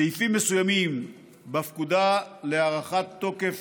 סעיפים מסוימים בפקודה להארכת תוקף